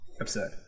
absurd